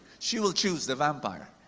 she will choose the vampire.